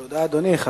תודה, אדוני.